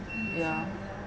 ya